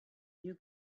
you